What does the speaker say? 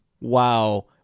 Wow